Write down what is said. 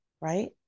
right